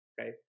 Okay